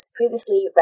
previously